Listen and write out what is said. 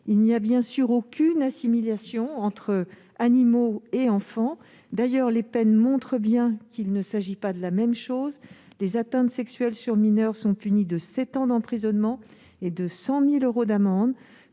il n'y a bien sûr aucune assimilation entre animaux et enfants. D'ailleurs, les peines montrent bien qu'il ne s'agit pas de la même chose : les atteintes sexuelles sur mineur sont punies de sept ans d'emprisonnement et de 100 000 euros d'amende,